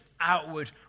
outward